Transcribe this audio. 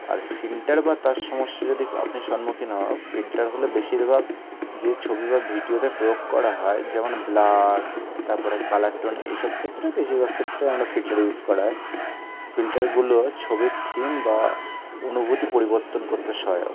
আর filter বা তার সমস্যা যদি আপনি সন্মুখীন হও ফিল্টার হলো বেশিরভাগ যে ছবি বা ভিডিওতে প্রয়োগ করা হয় যেমন ব্লার তারপরে কালার টোন এসব ক্ষেত্রে বেশিরভাগ ক্ষেত্রে আমরা ফিল্টার ইউস করা হয় ফিল্টারগুলো ছবির থিম বা অনুভূতি পরিবর্তন করতে সহায়ক